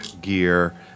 gear